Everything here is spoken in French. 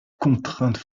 contraintes